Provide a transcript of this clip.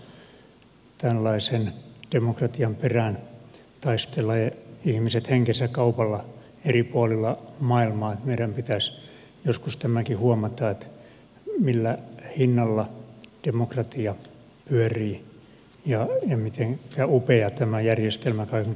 tällaisen demokratian perään taistelevat ihmiset henkensä kaupalla eri puolilla maailmaa niin että meidän pitäisi joskus tämäkin huomata millä hinnalla demokratia pyörii ja mitenkä upea tämä järjestelmä kaiken kaikkiaan on